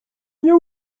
nie